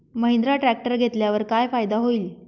Mahindra tractor घेतल्यावर काय फायदा होईल?